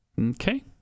Okay